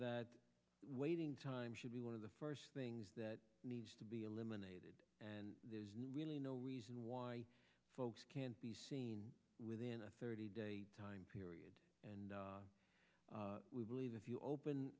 that waiting time should be one of the first things that needs to be eliminated and really no reason why folks can't be seen within a thirty day time period and we believe if you open